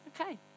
okay